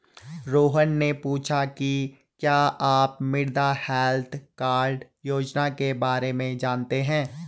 रोहन ने पूछा कि क्या आप मृदा हैल्थ कार्ड योजना के बारे में जानते हैं?